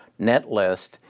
Netlist